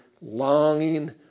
longing